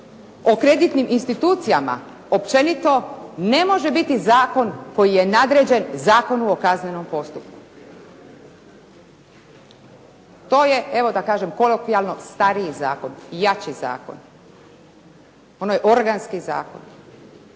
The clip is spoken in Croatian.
o kreditnim institucijama općenito ne može biti zakon koji je nadređen Zakonu o kaznenom postupku. To je evo da kažem kolokvijalno stariji zakon, jači zakon. Ono je organski zakon